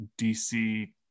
DC